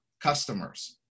customers